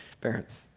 parents